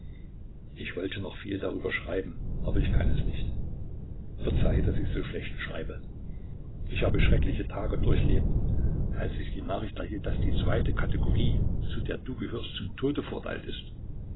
ich wollte noch viel darüber schreiben aber ich kann es nicht verzeih daß ich so schlecht schreibe ich habe schreckliche tage durchlebt als ich die nachricht erhielt daß die zweite kategorie zu der du gehörst zum tode verurteilt ist